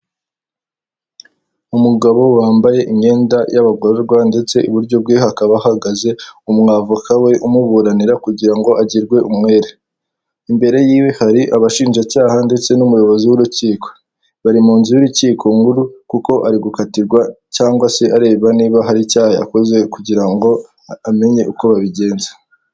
Umuhanda mwiza wa kaburimbo wubatswe mu buryo bugezweho ndetse kugenderwamo n'ibinyabiziga byinshi, harimo ama moto ndetse n'amagare ahetse abagenzi. Uyu muhanda ukaba ukikijwe n'ibiti byinshi kandi byiza ndetse inyuma y'aho hakaba haparitswe n'ibindi binyabiziga binini harimo nk'amakamyo y'umweru.